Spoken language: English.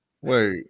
Wait